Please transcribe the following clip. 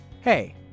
Hey